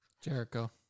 Jericho